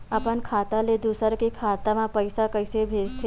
अपन खाता ले दुसर के खाता मा पईसा कइसे भेजथे?